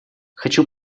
хочу